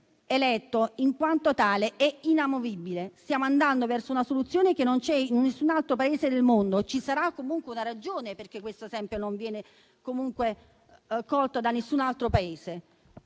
è inamovibile. Stiamo andando verso una soluzione che non esiste in nessun altro Paese del mondo e vi sarà una ragione se questo esempio non viene accolto da nessun altro Paese.